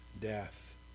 death